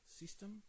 system